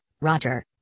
Roger